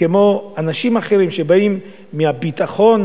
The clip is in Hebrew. כמו אנשים אחרים שבאים מהביטחון,